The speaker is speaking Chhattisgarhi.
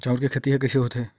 चांउर के खेती ह कइसे होथे?